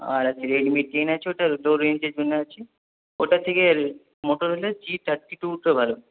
আর আছে Redmi ten আছে ওটা রেঞ্জের জন্য আছি ওটার থেকে মোটোরোলা জি থার্টি টুটা ভালো